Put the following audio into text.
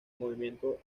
movimiento